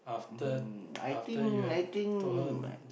mm I think I think I